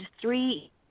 three